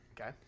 Okay